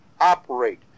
operate